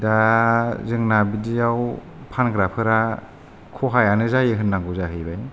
दा जोंना बिदियाव फानग्राफोरा खहायानो जायो होननांगौ जाहैबाय